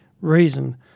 reason